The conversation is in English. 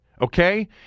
Okay